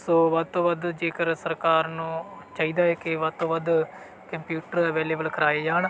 ਸੋ ਵੱਧ ਤੋਂ ਵੱਧ ਜੇਕਰ ਸਰਕਾਰ ਨੂੰ ਚਾਹੀਦਾ ਹੈ ਕਿ ਵੱਧ ਤੋਂ ਵੱਧ ਕੰਪਿਊਟਰ ਅਵੇਲੇਬਲ ਕਰਵਾਏ ਜਾਣ